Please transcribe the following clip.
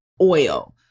Oil